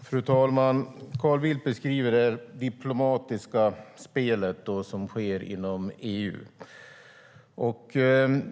Fru talman! Carl Bildt beskriver det diplomatiska spel som sker inom EU.